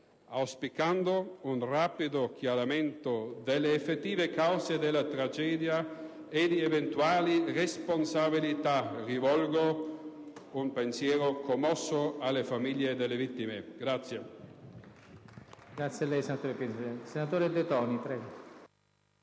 Auspicando un rapido chiarimento delle effettive cause della tragedia e di eventuali responsabilità, rivolgo un pensiero commosso alle famiglie delle vittime.